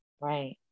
right